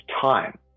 time